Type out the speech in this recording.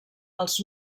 els